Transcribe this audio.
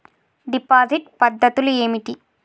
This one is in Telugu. డిపాజిట్ పద్ధతులు ఏమిటి?